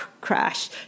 crash